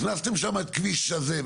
הכנסתם שם את הכביש הזה,